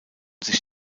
sich